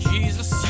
Jesus